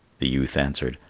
the youth answered,